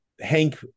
Hank